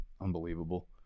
Unbelievable